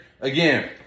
Again